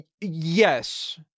Yes